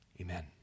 Amen